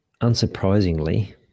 unsurprisingly